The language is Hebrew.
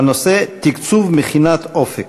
הנושא: תקצוב מכינות "אופק".